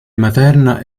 materna